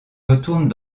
retourne